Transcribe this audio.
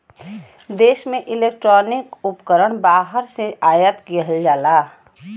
देश में इलेक्ट्रॉनिक उपकरण बाहर से आयात किहल जाला